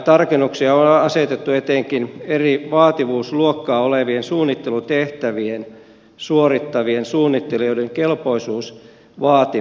tarkennuksia on asetettu etenkin eri vaativuusluokkaa olevia suunnittelutehtäviä suorittavien suunnittelijoiden kelpoisuusvaatimuksille